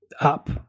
up